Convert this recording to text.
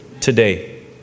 today